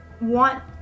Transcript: want